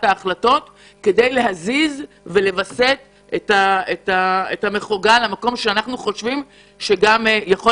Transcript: ההחלטות כדי להזיז את המחוגה למקום שאנחנו חושבים שיכול